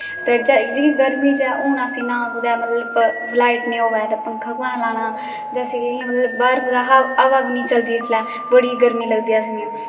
ते जियां गर्मिये च हून इना आसेगी ना कुते मतलब लाइट नेई होवे ते पंखा कुत्थे लाना ते बाहर कुते हवा वी नेई चलदी इसले बड़ी गर्मी लगदी असेंगी